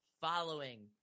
following